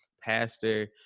pastor